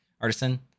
artisan